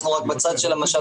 אנחנו רק בצד של המשאבים